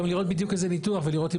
גם לראות בדיוק איזה ניתוח ולראות אם